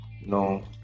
no